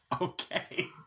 Okay